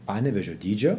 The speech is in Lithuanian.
panevėžio dydžio